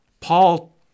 Paul